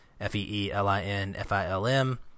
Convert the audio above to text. F-E-E-L-I-N-F-I-L-M